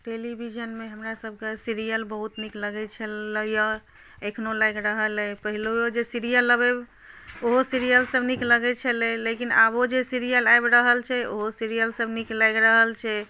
टेलिविजनमे हमरा सबके सीरियल बहुत नीक लगै छलै एखनहु लागि रहल अइ पहिलो जे सीरियल अबै ओहो सीरियलसब नीक लगै छलै लेकिन आबो जे सीरियल आबि रहल छै ओहो सीरियलसब नीक लागि रहल छै